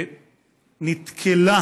נתקלה,